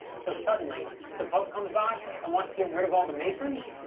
so, suddenly the pope comes by and wants to get rid of all the masons?